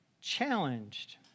challenged